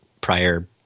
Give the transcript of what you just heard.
prior